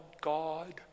God